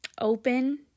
open